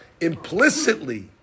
implicitly